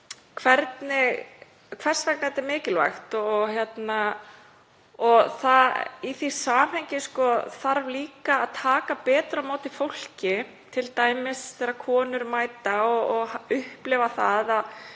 hvers vegna þetta er mikilvægt. Í því samhengi þarf líka að taka betur á móti fólki, t.d. þegar konur mæta og upplifa að það